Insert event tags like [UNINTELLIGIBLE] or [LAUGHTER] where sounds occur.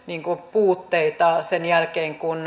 puutteita sen jälkeen kun [UNINTELLIGIBLE]